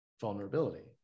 vulnerability